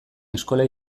eskola